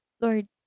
Lord